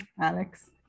Alex